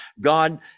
God